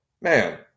man